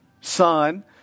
son